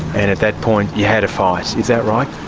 and at that point you had a fight. is that right?